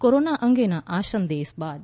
corona અંગેના આ સંદેશ બાદ